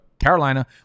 Carolina